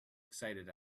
excited